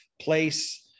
place